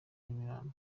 nyamirambo